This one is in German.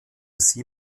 sie